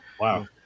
Wow